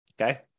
okay